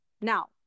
Now